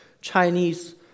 Chinese